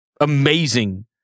amazing